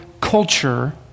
culture